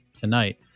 tonight